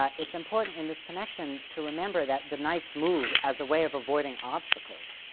um it's important, in this connection, to remember that the knight's move as a way of avoiding obstacles,